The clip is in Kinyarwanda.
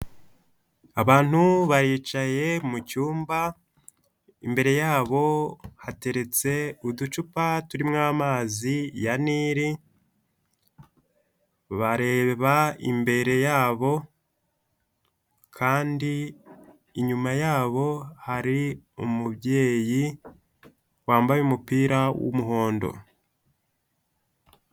Abantu baricaye mu cyumba, imbere yabo hateretse uducupa turimo amazi ya niri, bareba imbere yabo kandi inyuma yabo hari umubyeyi wambaye umupira w'umuhondo.